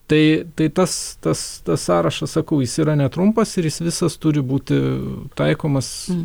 tai tai tas tas tas sąrašas sakau jis yra netrumpas ir jis visas turi būti taikomas